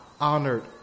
honored